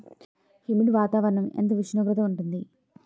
Humid వాతావరణం ఎంత ఉష్ణోగ్రత ఉంటుంది?